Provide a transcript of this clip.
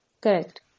Correct